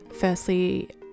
firstly